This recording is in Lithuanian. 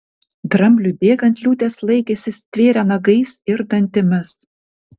drambliui bėgant liūtės laikėsi įsitvėrę nagais ir dantimis